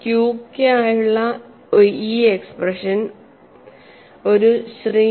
Q യ്ക്കായുള്ള ഈ expression ഒരു ശ്രീ